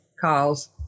calls